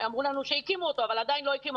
אמרו לנו שהקימו אותו אבל עדיין לא הקימו.